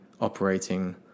operating